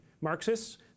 Marxists